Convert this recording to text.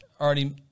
already